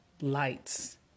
lights